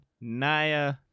Naya